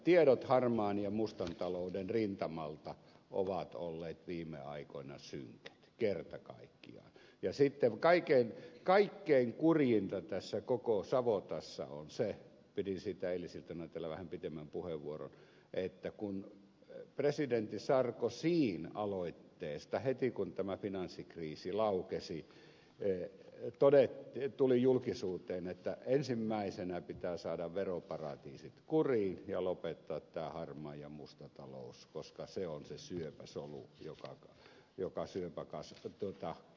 tiedot harmaan ja mustan talouden rintamalta ovat olleet viime aikoina synkät kerta kaikkiaan ja sitten kaikkein kurjinta tässä koko savotassa on se pidin siitä eilisiltana täällä vähän pitemmän puheenvuoron että kun presidentti sarkozyn aloitteesta heti kun tämä finanssikriisi laukesi tuli julkisuuteen että ensimmäisenä pitää saada veroparatiisit kuriin ja lopettaa tämä harmaa ja musta talous koska se on se syöpäsolu joka jokaisen pakkasessa töitä